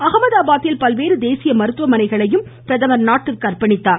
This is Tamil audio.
அஹமதாபாதில் பல்வேறு தேசிய மருத்துவமனைகளையும் பிரதமர் நாட்டிற்கு அர்ப்பணித்தார்